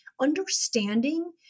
understanding